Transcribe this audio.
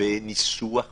בניסוח פשוט.